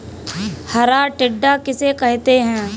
हरा टिड्डा किसे कहते हैं?